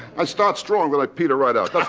i start strong but i peter right out, that's